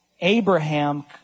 Abraham